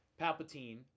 Palpatine